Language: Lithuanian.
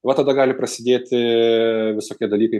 va tada gali prasidėti visokie dalykai